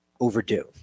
overdue